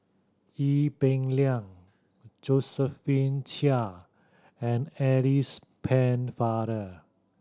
Ee Peng Liang Josephine Chia and Alice Pennefather